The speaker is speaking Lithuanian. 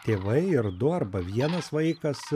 tėvai ar du arba vienas vaikas